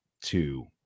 two